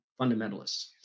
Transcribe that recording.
fundamentalists